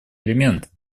элементам